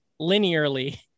linearly